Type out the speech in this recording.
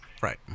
right